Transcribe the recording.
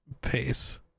peace